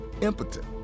impotent